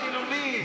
זה השמאל, החילונים.